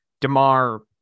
DeMar